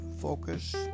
focus